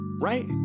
right